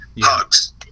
Hugs